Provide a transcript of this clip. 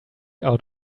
out